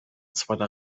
zweiter